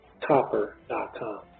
copper.com